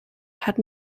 had